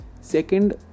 second